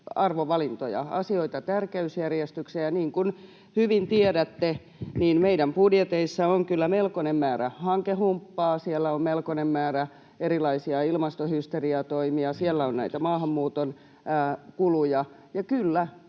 arvovalintoja, laittaa asioita tärkeysjärjestykseen. Niin kuin hyvin tiedätte, meidän budjeteissa on kyllä melkoinen määrä hankehumppaa, siellä on melkoinen määrä erilaisia ilmastohysteriatoimia, siellä on näitä maahanmuuton kuluja.